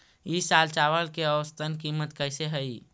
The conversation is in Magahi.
ई साल चावल के औसतन कीमत कैसे हई?